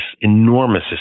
enormous